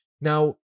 Now